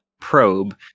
Probe